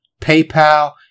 PayPal